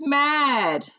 mad